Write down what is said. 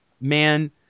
man